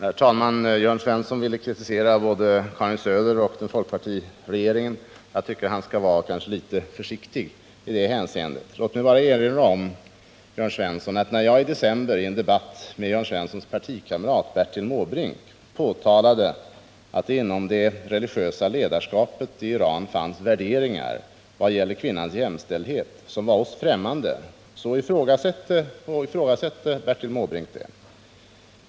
Herr talman! Jörn Svensson ville kritisera både Karin Söder och folkpartiregeringen. Jag tycker att han kanske skall vara litet försiktig i det hänseendet. Låt mig bara erinra om, Jörn Svensson, att när jag i december i en debatt med Jörn Svenssons partikamrat Bertil Måbrink påtalade att det inom det religiösa ledarskapet i Iran fanns värderingar vad gäller kvinnans jämställdhet som var oss främmande, så ifrågasatte Bertil Måbrink det.